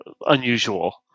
unusual